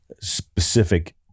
specific